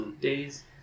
days